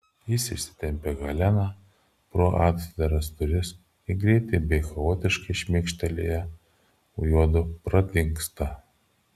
jis išsitempia heleną pro atdaras duris ir greitai bei chaotiškai šmėkštelėję juodu pradingsta